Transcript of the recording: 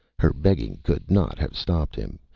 her begging could not have stopped him.